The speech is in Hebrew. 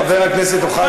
חבר הכנסת אוחנה,